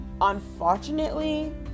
unfortunately